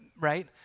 right